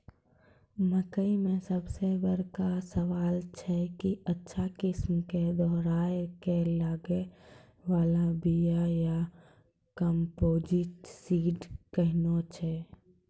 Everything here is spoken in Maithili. मकई मे सबसे बड़का सवाल छैय कि अच्छा किस्म के दोहराय के लागे वाला बिया या कम्पोजिट सीड कैहनो छैय?